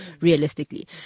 realistically